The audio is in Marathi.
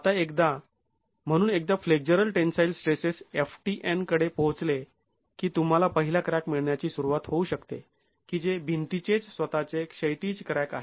आता एकदा म्हणून एकदा फ्लेक्झरल टेन्साईल स्ट्रेसेस ftn कडे पोहचले की तुम्हाला पहिला क्रॅक मिळण्याची सुरुवात होऊ शकते की जे भिंतीचेच स्वतःचे क्षैतिज क्रॅक आहेत